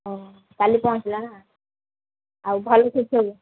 ଓ କାଲି ପହଞ୍ଚିଲ ନା ଆଉ ଭଲ ସେଠି ସବୁ